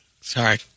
sorry